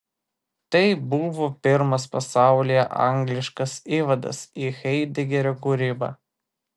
tai buvo pirmas pasaulyje angliškas įvadas į haidegerio kūrybą